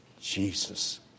Jesus